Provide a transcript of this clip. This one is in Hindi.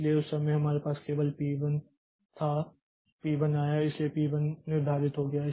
इसलिए उस समय हमारे पास केवल पी 1 था पी 1 आया इसलिए पी 1 निर्धारित हो गया